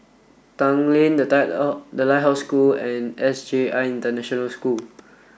Tanglin The Lighthouse The Lighthouse School and S J I International School